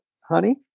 honey